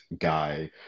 guy